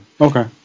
Okay